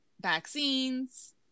vaccines